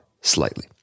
slightly